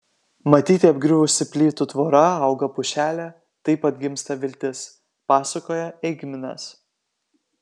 matyti apgriuvusi plytų tvora auga pušelė taip atgimsta viltis pasakoja eigminas